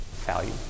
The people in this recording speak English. value